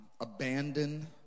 Abandon